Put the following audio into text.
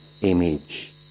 image